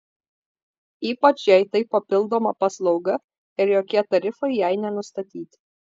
ypač jei tai papildoma paslauga ir jokie tarifai jai nesustatyti